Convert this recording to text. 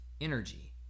energy